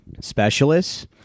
specialists